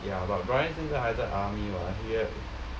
ya but bryan 现在还在 army [what] he